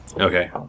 Okay